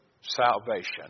salvation